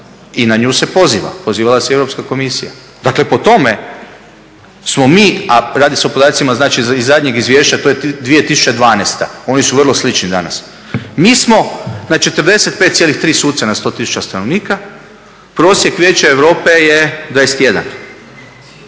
i na nju se poziva, pozivala se Europska komisija. Dakle po tome smo mi, a radi se o podacima iz zadnjeg izvješća to je 2012., oni su vrlo slični danas, mi smo na 45,3 suca na 100 tisuća stanovnika, prosjek Vijeća Europe je 21,